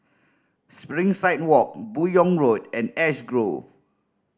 Springside Walk Buyong Road and Ash Grove